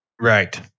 Right